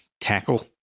tackle